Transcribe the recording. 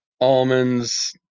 Almonds